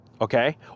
okay